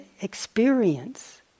experience